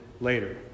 later